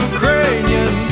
Ukrainian